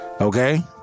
okay